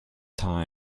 time